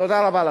תודה רבה.